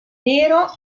nero